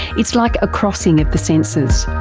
it's like a crossing of the senses.